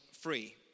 free